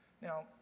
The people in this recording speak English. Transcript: Now